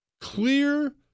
clear